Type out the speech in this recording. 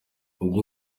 ubwo